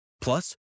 Plus